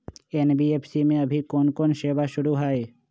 NBFC में अभी कोन कोन सेवा शुरु हई?